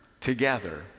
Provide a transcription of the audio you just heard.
together